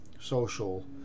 social